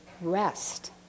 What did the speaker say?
rest